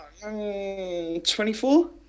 24